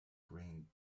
green